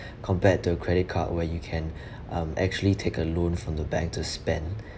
compared to a credit card where you can um actually take a loan from the bank to spend